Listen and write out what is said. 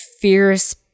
fierce